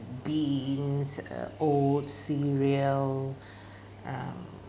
beans uh oat cereal um